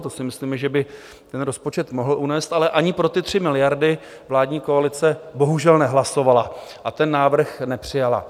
To si myslíme, že by ten rozpočet mohl unést, ale ani pro ty 3 miliardy vládní koalice bohužel nehlasovala a ten návrh nepřijala.